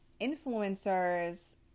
Influencers